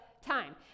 time